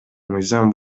мыйзам